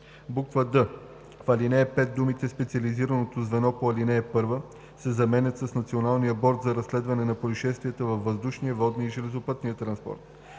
д) в ал. 5 думите „специализираното звено по ал. 1“ се заменят с „Националния борд за разследване на произшествия във въздушния, водния и железопътния транспорт“.